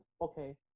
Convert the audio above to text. okay